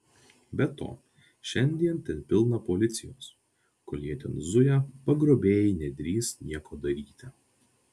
be to šiandien ten pilna policijos kol jie ten zuja pagrobėjai nedrįs nieko daryti